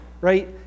right